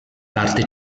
parte